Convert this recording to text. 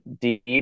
deep